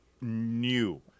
new